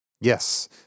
Yes